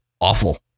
awful